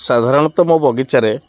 ସାଧାରଣତଃ ମୋ ବଗିଚାରେ